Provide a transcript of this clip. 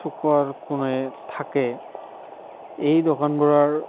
চুকৰ কোণে থাকে এই দোকানবোৰৰ